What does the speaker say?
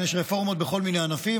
יש רפורמות בכל מיני ענפים,